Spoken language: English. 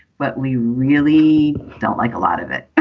but we really don't like a lot of it